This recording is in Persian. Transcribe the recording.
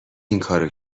اینکارو